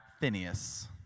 Phineas